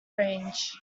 range